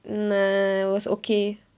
nah it was okay